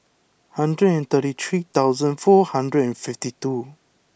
hundred and thirty three thousand four hundred and fifty two